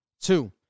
Two